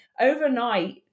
overnight